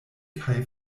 kaj